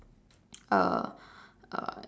uh uh